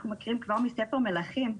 אנחנו מכירים כבר מספר מלכים: